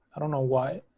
i don't know why.